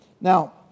Now